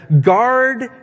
Guard